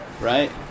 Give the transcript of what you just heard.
Right